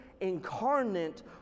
incarnate